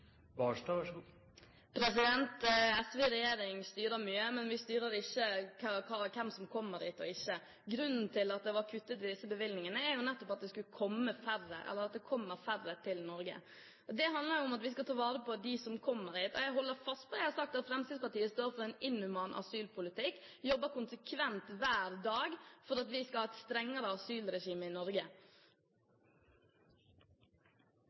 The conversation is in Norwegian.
Barstad bekvem med og glad for den innvandrings- og asylpolitikken som regjeringen fører? SV i regjering styrer mye, men vi styrer ikke hvem som kommer hit, eller hvem som ikke kommer hit. Grunnen til at det var kuttet i disse bevilgningene var nettopp at det kommer færre til Norge. Det handler om at vi skal ta vare på dem som kommer hit. Jeg holder fast på det jeg har sagt om at Fremskrittspartiet står for en inhuman asylpolitikk, og at de jobber konsekvent, hver dag, for at vi skal ha et strengere asylregime i Norge.